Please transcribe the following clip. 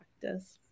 practice